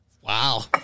Wow